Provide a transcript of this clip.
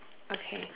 okay